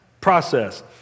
Process